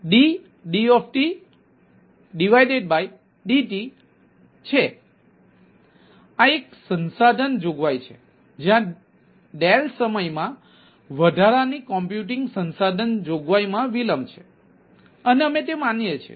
તેથી આ એક સંસાધન જોગવાઈ છે જ્યાં ડેલ સમયમાં વધારાની કમ્પ્યુટિંગ સંસાધન જોગવાઈમાં વિલંબ છે અને અમે તે માનીએ છીએ